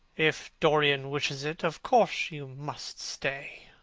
if dorian wishes it, of course you must stay.